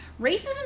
racism